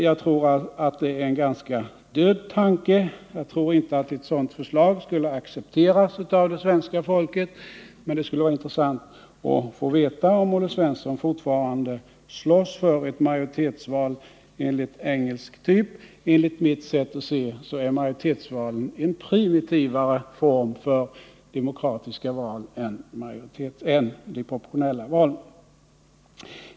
Jag tror att det är en ganska dödfödd tanke — jag tror inte att ett sådant förslag skulle accepteras av det svenska folket — men det skulle vara intressant att få veta om Olle Svensson fortfarande slåss för majoritetsval enligt engelsk typ. Enligt mitt sätt att se är majoritetsval en mera primitiv form för demokratiska val än de proportionella valen.